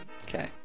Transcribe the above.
Okay